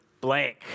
blank